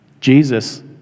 Jesus